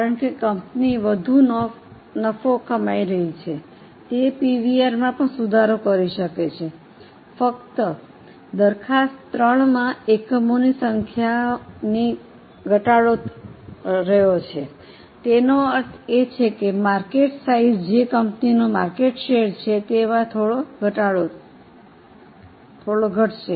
કારણ કે કંપની વધુ નફો કમાઇ રહી છે તેથી તે પીવીઆરમાં પણ સુધારો કરી શકે છે ફક્ત દરખાસ્ત 3 માં એકમોની સંખ્યાની ઘટી રહી છે તેનો અર્થ એ કે માર્કેટ સાઇઝ જે કંપનીનો માર્કેટ શેર છે તે થોડો ઘટશે